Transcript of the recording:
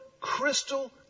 crystal